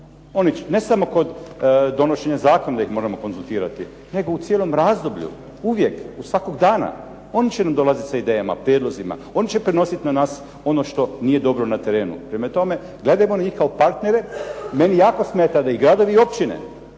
partner. Ne samo kod donošenja zakona da ih moramo konzultirati, nego u cijelom razdoblju, uvijek, svakog dana. Oni će nam dolaziti sa idejama, prijedlozima, oni će prenositi na nas ono što nije dobro na terenu. Prema tome, gledajmo na njih kao partnere. Meni jako smeta da i gradovi i općine